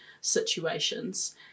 situations